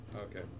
Okay